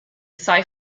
sci